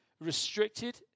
Restricted